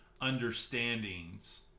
understandings